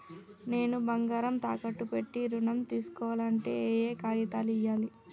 నేను బంగారం తాకట్టు పెట్టి ఋణం తీస్కోవాలంటే ఏయే కాగితాలు ఇయ్యాలి?